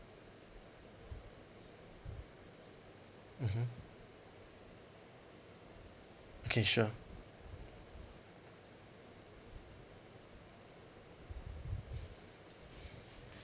mmhmm okay sure